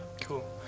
Cool